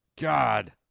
God